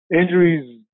Injuries